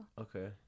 okay